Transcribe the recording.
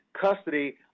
custody